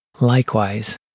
Likewise